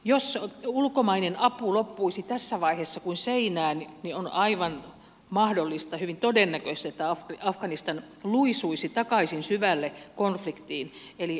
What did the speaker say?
jos ulkomainen apu loppuisi tässä vaiheessa kuin seinään niin on aivan mahdollista hyvin todennäköistä että afganistan luisuisi takaisin syvälle konfliktiin eli alkuasetelmiin